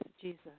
Jesus